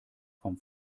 vom